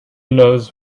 knows